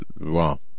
Wow